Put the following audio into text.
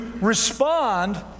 respond